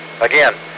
Again